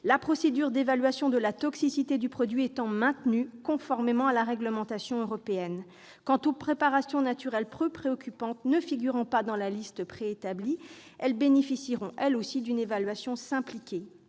la procédure d'évaluation de la toxicité du produit étant maintenue, conformément à la réglementation européenne. Les préparations naturelles peu préoccupantes, ne figurant pas déjà dans la liste préétablie, bénéficieront d'une évaluation simplifiée.